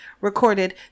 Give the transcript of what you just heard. recorded